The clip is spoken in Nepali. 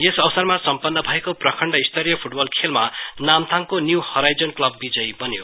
यस अवसरमा सम्पन्न भएको प्रखण्ड स्तरीय फुटबल खैलमा नामथाङ न्यू हराइजन क्लब विजयी बन्यो